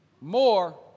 more